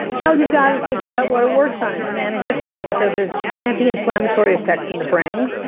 well, you got to think about what it works on. it's an antihistamine, so there's antiinflammatory effects in the brain,